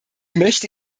möchte